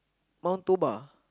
Mount-Toba